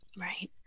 Right